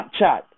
Snapchat